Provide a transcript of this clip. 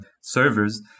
servers